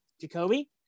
Jacoby